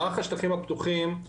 מערך השטחים הפתוחים,